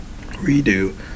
Redo